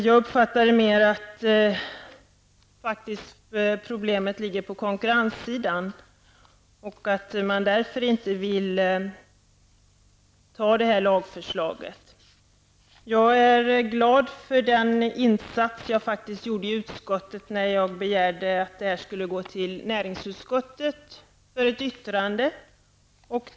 Jag uppfattar det mer som att problemet ligger på konkurrenssidan och att det är därför som lagförslaget inte kan antas. Jag är glad för den insats jag gjorde i utskottet när jag begärde att ärendet skulle remitteras till näringsutskottet för ett yttrande.